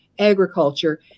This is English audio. agriculture